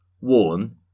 worn